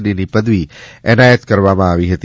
ડીની પદવી એનાયત કરવામાં આવી હતી